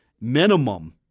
minimum